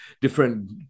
different